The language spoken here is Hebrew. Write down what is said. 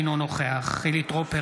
אינו נוכח חילי טרופר,